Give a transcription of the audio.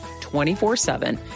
24-7